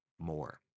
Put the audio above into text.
more